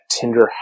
Tinder